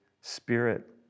Spirit